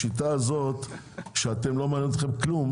השיטה הזאת שלא מעניין אתכם כלום